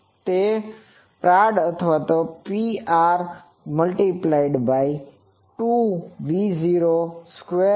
તે Prad અથવા Pr×2 V02 છે જેથી લોકો તેને શોધી શકે છે